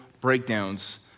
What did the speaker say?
breakdowns